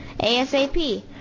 ASAP